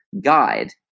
guide